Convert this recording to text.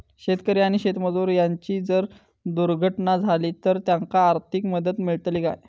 शेतकरी आणि शेतमजूर यांची जर दुर्घटना झाली तर त्यांका आर्थिक मदत मिळतली काय?